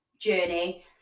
journey